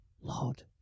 Lord